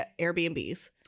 Airbnbs